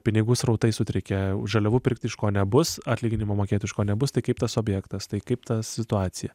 pinigų srautai sutrikę žaliavų pirk iš ko nebus atlyginimų mokėt iš ko nebus tai kaip tas objektas tai kaip ta situacija